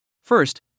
First